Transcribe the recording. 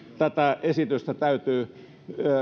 tätä esitystä täytyy